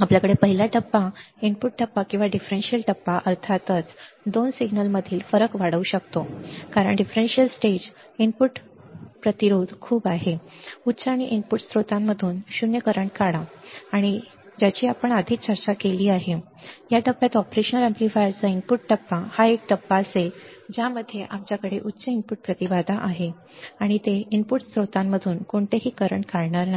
टप्पे आहेत आणि पहिला टप्पा इनपुट टप्पा किंवा डिफरेन्शियल टप्पा अर्थातच 2 सिग्नलमधील फरक वाढवू शकतो कारण डिफरेन्शियल स्टेज इनपुट प्रतिरोध खूप आहे उच्च आणि इनपुट स्त्रोतांमधून 0 करंट काढा हे बरोबर आहे ज्याची आपण आधी चर्चा केली आहे की हे देखील या टप्प्यात ऑपरेशन एम्पलीफायरचा इनपुट टप्पा हा एक टप्पा असेल ज्यामध्ये आमच्याकडे उच्च इनपुट प्रतिबाधा आहे आणि ते इनपुट स्त्रोतांमधून कोणतेही करंट काढणार नाही